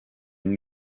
une